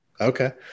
Okay